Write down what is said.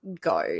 go